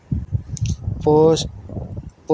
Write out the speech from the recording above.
postal बचत bank बाकी बैंकों से बहुत सस्ता छे